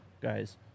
guys